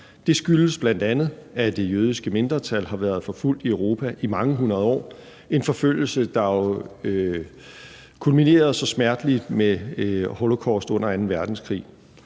Det skyldes bl.a., at det jødiske mindretal har været forfulgt i Europa i mange hundrede år – en forfølgelse, der jo kulminerede så smerteligt med holocaust under anden verdenskrig.